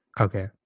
Okay